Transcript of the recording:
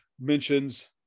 mentions